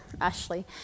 ashley